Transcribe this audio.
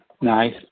Nice